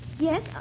Yes